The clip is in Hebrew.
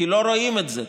כי לא רואים את זה.